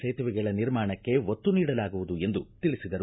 ಸೇತುವೆಗಳ ನಿರ್ಮಾಣಕ್ಕೆ ಒತ್ತು ನೀಡಲಾಗುವುದು ಎಂದು ತಿಳಿಸಿದರು